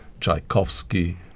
Tchaikovsky